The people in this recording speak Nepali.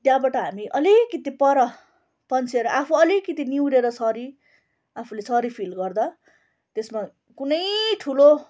त्यहाँबाट हामी अलिकति पर पन्सेर आफू अलिकति निहुरेर सरी आफूले सरी फिल गर्दा त्यसमा कुनै ठुलो